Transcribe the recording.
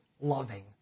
loving